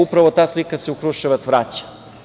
Upravo se ta slika u Kruševac vraća.